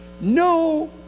no